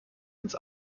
ins